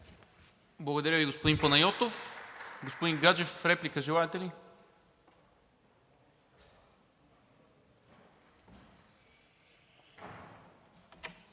Благодаря Ви, господин Панайотов. Господин Гаджев, реплика желаете ли?